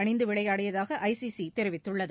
அணிந்து விளையாடியதாக ஐசிசி தெரிவித்துள்ளது